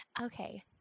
Okay